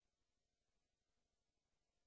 תחלק